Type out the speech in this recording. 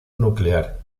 nuclear